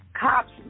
cops